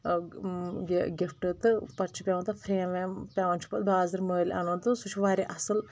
اۭں یہِ گفٹ تہٕ پتہٕ چھُ پٮ۪وان تتھ فریم ویم پٮ۪وان چھُ پتہٕ بازرٕ مٔلۍ انُن تہٕ سُہ چھُ واریاہ اصٕل